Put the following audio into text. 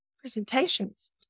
presentations